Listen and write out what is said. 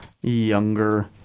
younger